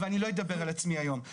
אבל אני לא אדבר על עצמי היום,